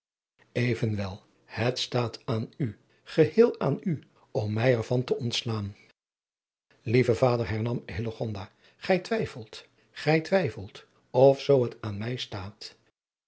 evenwel het staat aan u geheel aan u om mij er van te ontslaan lieve vader hernam hillegonda gij twijfelt gij twijfelt of zoo het aan mij staat